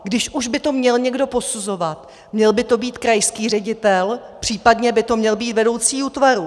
Když už by to měl někdo posuzovat, měl by to být krajský ředitel, případně by to měl být vedoucí útvaru.